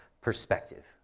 perspective